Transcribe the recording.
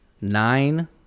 nine